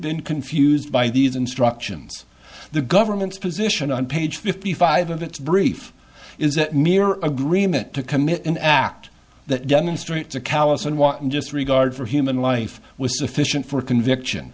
been confused by these instructions the government's position on page fifty five of its brief is that mere agreement to commit an act that demonstrates a callous and wanton disregard for human life was sufficient for a conviction